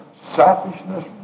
selfishness